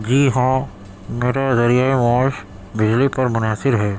جی ہاں میرا ذریعہ معاش بجلی پر منحصر ہے